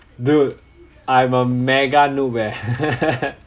dude I'm a mega noob eh